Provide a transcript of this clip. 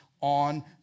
on